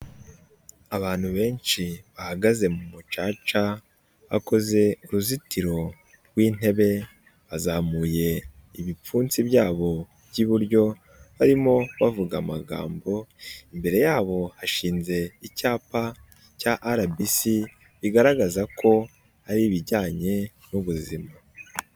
Abantu benshi bahagaze mu mucaca. Bakoze uruzitiro rw'intebe bazamuye ibipfunsi byabo by'iburyo barimo bavuga amagambo. Imbere yabo hashinze icyapa cya RBC bigaragaza ko ari ibijyanye n'ubuzima.